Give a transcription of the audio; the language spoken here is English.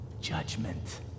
judgment